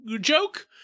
joke